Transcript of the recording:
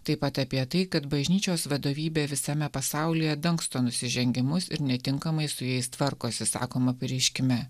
taip pat apie tai kad bažnyčios vadovybė visame pasaulyje dangsto nusižengimus ir netinkamai su jais tvarkosi sakoma pareiškime